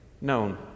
known